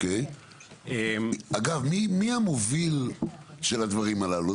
אגב, מי המוביל של הדברים הללו?